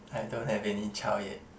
I don't have any child yet